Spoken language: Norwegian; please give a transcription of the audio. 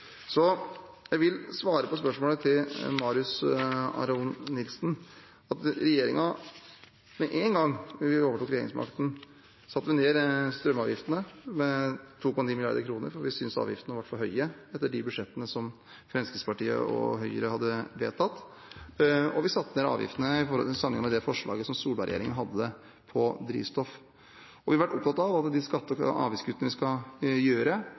Jeg vil svare på spørsmålet til Aron Marius Nilsen at regjeringen med en gang da vi overtok regjeringsmakten, satte ned strømavgiftene med 2,9 mrd. kr, for vi syntes avgiftene var for høye i de budsjettene som Fremskrittspartiet og Høyre hadde vedtatt. Og vi satte ned avgiftene sammenlignet med det forslaget Solberg-regjeringen hadde når det gjaldt drivstoff. Vi har vært opptatt av at alle de skatte- og avgiftskuttene vi skal gjøre,